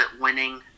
winning